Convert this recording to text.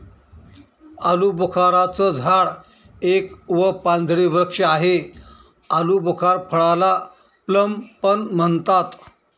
आलूबुखारा चं झाड एक व पानझडी वृक्ष आहे, आलुबुखार फळाला प्लम पण म्हणतात